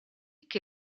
che